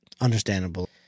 understandable